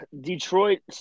Detroit